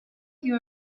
you